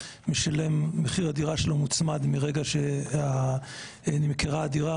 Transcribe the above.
מחיר הדירה שלו מרגע שנמכרה הדירה,